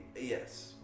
Yes